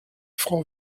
frau